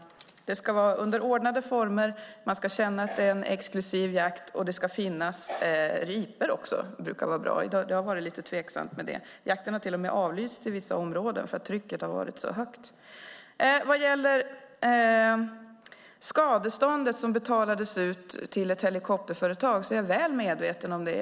Det ska vara under ordnade former, man ska känna att det är en exklusiv jakt och det ska finnas ripor. Det brukar vara bra; det har varit lite tveksamt med det. Jakten har till och med avlysts i vissa områden för att trycket har varit så högt. Vad gäller skadeståndet som betalades ut till ett helikopterföretag är jag väl medveten om detta.